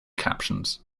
captions